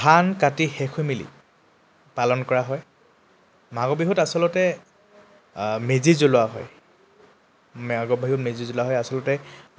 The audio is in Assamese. ধান কাাটি শেষ হৈ মেলি পালন কৰা হয় মাঘৰ বিহুত আচলতে মেজি জ্বলোৱা হয় মাঘৰ বিহুত মেজি জ্বলোৱা হয় আচলতে